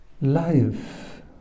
life